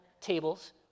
tables